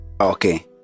Okay